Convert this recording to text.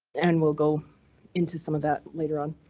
and will go into some of that later on.